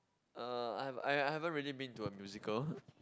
uh I have I I haven't really been to a musical